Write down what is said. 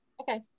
okay